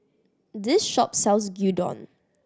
this shop sells Gyudon